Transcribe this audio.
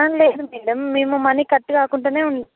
లేదు మ్యాడమ్ మేము money cut కాకుండా ఉన్